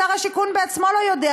שר השיכון בעצמו לא יודע,